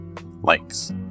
likes